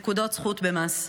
נקודות זכות במס.